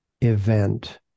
event